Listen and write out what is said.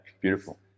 beautiful